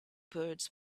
birds